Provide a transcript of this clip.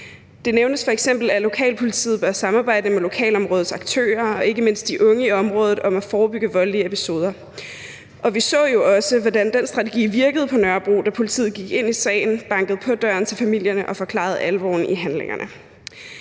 Det nævnes f.eks., at lokalpolitiet bør samarbejde med lokalområdets aktører og ikke mindst de unge i området om at forebygge voldelige episoder. Og vi så jo også, hvordan den strategi virkede på Nørrebro, da politiet gik ind i sagen, bankede på døren til familierne og forklarede dem alvoren i handlingerne.